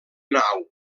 nau